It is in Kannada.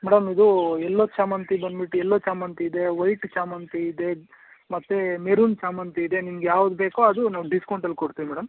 ಮೇಡಮ್ ಇದು ಎಲ್ಲೊ ಚಾಮಂತಿ ಬಂದ್ಬಿಟ್ಟು ಎಲ್ಲೊ ಚಾಮಂತಿ ಇದೆ ವೈಟ್ ಚಾಮಂತಿ ಇದೆ ಮತ್ತೆ ಮೆರೂನ್ ಚಾಮಂತಿ ಇದೆ ನಿಮ್ಗೆ ಯಾವ್ದು ಬೇಕೋ ಅದು ನಾವು ಡಿಸ್ಕೌಂಟಲ್ಲಿ ಕೊಡ್ತೀವಿ ಮೇಡಮ್